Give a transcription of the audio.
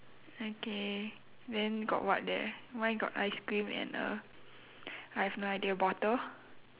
okay then got what there mine got ice cream and uh I have no idea bottle